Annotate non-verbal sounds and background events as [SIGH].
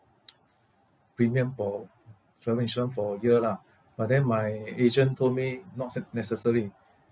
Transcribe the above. [NOISE] premium for travel insurance for a year lah but then my agent told me not ce~ necessary